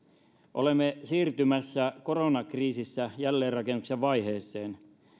olemme siirtymässä koronakriisissä jälleenrakennuksen vaiheeseen